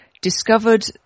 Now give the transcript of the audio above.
discovered